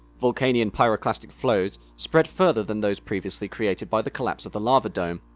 vulcanian pyroclastic flows spread further than those previously created by the collapse of the lava dome,